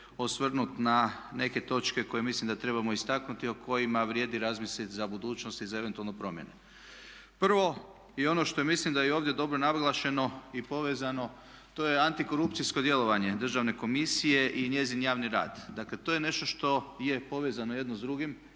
osvrnut na neke točke koje mislim da trebamo istaknuti o kojima vrijedi razmisliti za budućnost i za eventualne promjene. Prvo i ono što mislim da je i ovdje dobro naglašeno i povezano to je antikorupcijsko djelovanje državne komisije i njezin javni rad. Dakle to je nešto što je povezano jedno s drugim